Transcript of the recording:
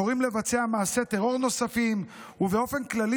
קוראים לבצע מעשי טרור נוספים ובאופן כללי